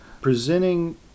presenting